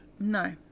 No